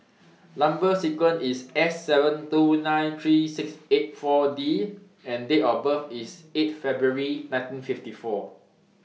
Number sequence IS S seven two nine three six eight four D and Date of birth IS eight February nineteen fifty four